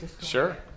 Sure